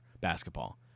basketball